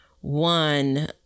one